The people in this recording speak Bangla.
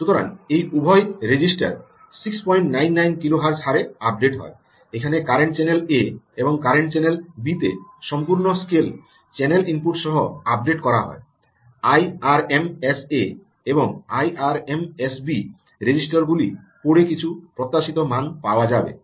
সুতরাং এই উভয় রেজিস্টার 699 কিলোহার্টজ হারে আপডেট করা হয় এখানে কারেন্ট চ্যানেল এ এবং কারেন্ট চ্যানেল বি তে সম্পূর্ণ স্কেল চ্যানেল ইনপুট সহ আপডেট করা হয় আইআরএমএসএ এবং আইআরএমএসবি রেজিস্টার গুলি পড়ে কিছু প্রত্যাশিত মান পাওয়া যাবে